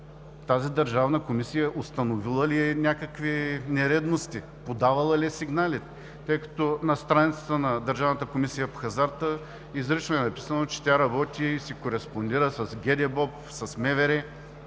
тази държавна комисия е установила някакви нередности, подавала ли е сигнали, тъй като на страницата на Държавната комисия по хазарта изрично е написано, че тя работи и си кореспондира с ГДБОП, с МВР и